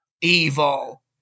evil